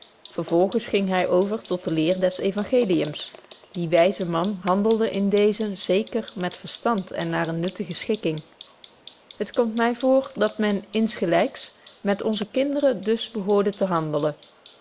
vervolgens ging hy over tot de leer des euangeliums die wyze man handelde in deezen zeker met verstand en naar eene nutte schikking het komt my vr dat men insgelyks met onze kinderen dus behoorde te handelen